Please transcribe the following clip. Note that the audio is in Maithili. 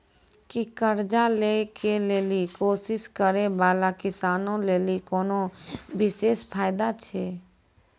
कि कर्जा लै के लेली कोशिश करै बाला किसानो लेली कोनो विशेष फायदा छै?